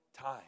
time